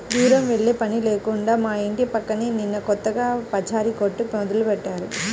దూరం వెళ్ళే పని లేకుండా మా ఇంటి పక్కనే నిన్న కొత్తగా పచారీ కొట్టు మొదలుబెట్టారు